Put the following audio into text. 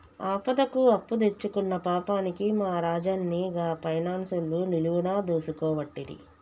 ఆపదకు అప్పుదెచ్చుకున్న పాపానికి మా రాజన్ని గా పైనాన్సోళ్లు నిలువున దోసుకోవట్టిరి